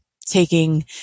taking